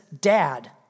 dad